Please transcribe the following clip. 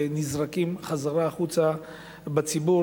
ונזרקים חזרה החוצה בציבור,